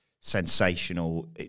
sensational